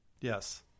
Yes